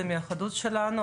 זה מהיהדות שלנו,